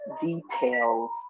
details